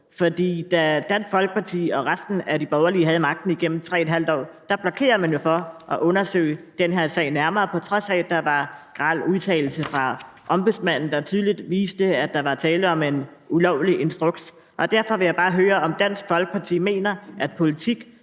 For da Dansk Folkeparti og resten af de borgerlige havde magten igennem 3½ år, blokerede man jo for at undersøge den her sag nærmere, på trods af at der var en udtalelse fra Ombudsmanden, der tydeligt viste, at der var tale om en ulovlig instruks. Derfor vil jeg bare høre, om Dansk Folkeparti mener, at politik